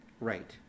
Right